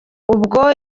ubwo